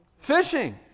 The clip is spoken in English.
Fishing